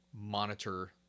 monitor